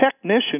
technician